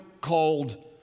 called